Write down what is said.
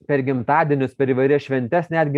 per gimtadienius per įvairias šventes netgi